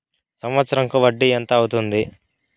సంవత్సరం కు వడ్డీ ఎంత అవుతుంది?